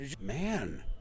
Man